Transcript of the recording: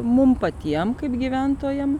mum patiem kaip gyventojam